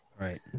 Right